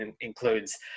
includes